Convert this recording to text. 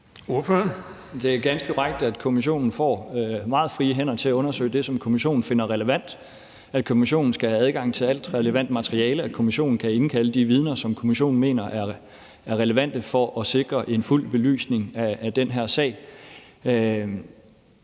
Det er ganske korrekt, at kommissionen får meget frie hænder til at undersøge det, som kommissionen finder relevant, at kommissionen skal have adgang til alt relevant materiale, og at kommissionen kan indkalde de vidner, som kommissionen mener er relevante for at sikre en fuld belysning af den her sag.